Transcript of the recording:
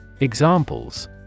EXAMPLES